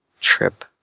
Trip